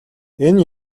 энэ